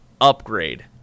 upgrade